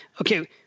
Okay